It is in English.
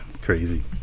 Crazy